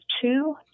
two